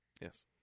Yes